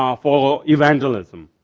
um for evangelism.